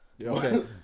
Okay